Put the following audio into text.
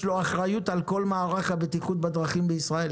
יש אחד כזה?